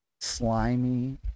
Slimy